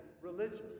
religious